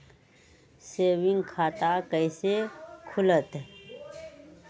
Saving खाता कैसे खुलतई?